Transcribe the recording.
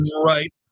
Right